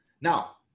now